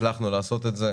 הצלחנו לעשות את זה.